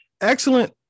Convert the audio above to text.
excellent